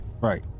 right